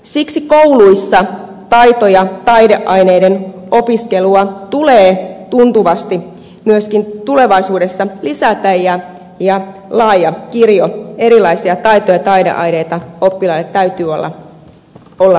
siksi kouluissa taito ja taideaineiden opiskelua tulee tuntuvasti myöskin tulevaisuudessa lisätä ja laaja kirjo erilaisia taito ja taideaineita oppilaille täytyy olla valittavissa